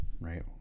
right